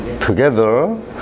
Together